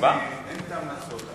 אין טעם לעשות.